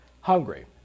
hungry